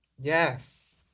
Yes